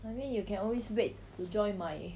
I mean you can always wait to join my